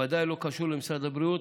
זה ודאי לא קשור למשרד הבריאות,